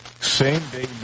same-day